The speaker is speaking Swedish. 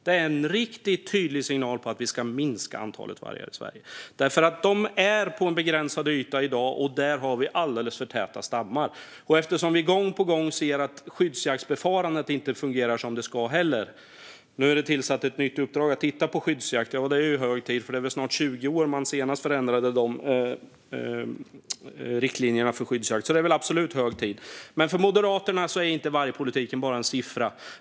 Det är en riktigt tydlig signal om att vi ska minska antalet vargar i Sverige, därför att de är på en begränsad yta i dag, och där har vi alldeles för täta stammar. Vi ser gång på gång att skyddsjaktsförfarandet inte heller fungerar. Nu finns ett nytt uppdrag att titta på skyddsjakt. Det är väl snart 20 år sedan man senast förändrade riktlinjerna för skyddsjakt, så det är absolut hög tid. För Moderaterna är inte vargpolitiken bara en siffra.